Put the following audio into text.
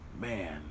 Man